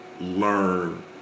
learn